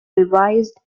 revised